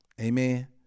Amen